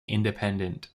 independent